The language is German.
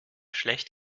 schlecht